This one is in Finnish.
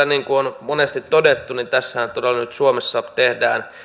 niin kuin täällä on monesti todettu tässähän todella nyt suomessa tehdään